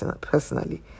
personally